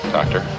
Doctor